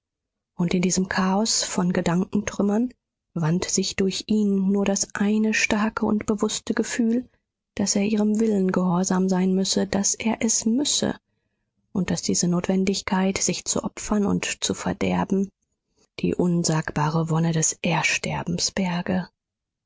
und in diesem chaos von gedankentrümmern wand sich durch ihn nur das eine starke und bewußte gefühl daß er ihrem willen gehorsam sein müsse daß er es müsse und daß diese notwendigkeit sich zu opfern und zu verderben die unsagbare wonne des ersterbens berge